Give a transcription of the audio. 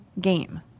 game